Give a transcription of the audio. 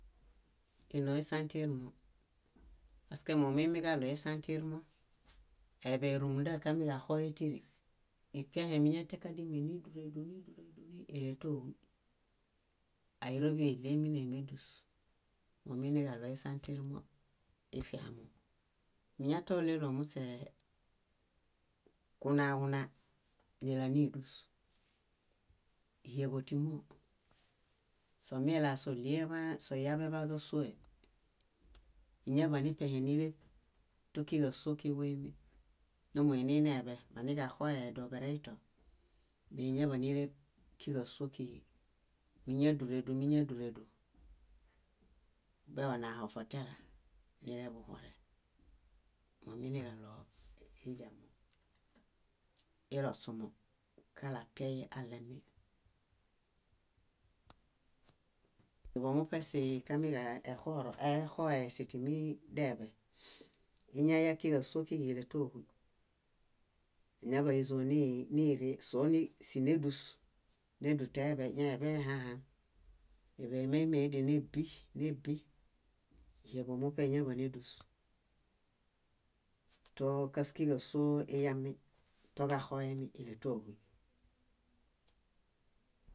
. Énoo esãtirmo, paske momuimiġaɭoesãtirmo, éḃe rúmunda kamiġaxoe tíri, ipiahe miñatiakadime níduredu, níduredu, níduredu, níduredu, íletohuy, áirobiḃi níɭiminemedus: mominiġaɭoisãtirmo, ifiamo. Míñatoɭelo muśee kunaġuna nílanidus. Híeḃo tímoo. Somila sóɭieḃaan- sóyaḃeḃaġasuohe, iñaḃanipehe níleṗ tókiġasuoġuimi, numuinineḃe maniġaxohe dobareĩto méiñaḃanileṗ kíġasuokiġi. Míñaduredu, míñaduredu beonahofotiara nileḃuhoren: mominiġaɭoidiamo, ilośumo kaɭo apiai aɭemi. Híeḃo muṗe sikamiġaexoro exoe timideḃe, íñayakiġasuokiġi íletohuy. Áñaḃaizo ni- niri, sórisinidus, níduteḃe ñaeḃeehahaŋ. Eḃe éimiedianebu, nébu, híeḃo muṗe éñaḃanedus tóo kas- kiġasuo iyami toġaxoemi, íletohuy.